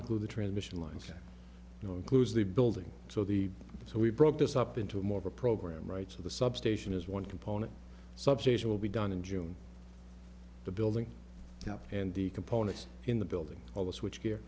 include the transmission lines you know includes the building so the so we brought this up into more of a program right so the substation is one component substation will be done in june the building up and the components in the building all the switchgear